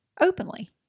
openly